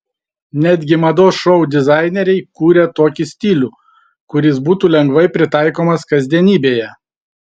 netgi mados šou dizaineriai kūrė tokį stilių kuris būtų lengvai pritaikomas kasdienybėje